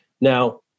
Now